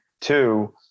Two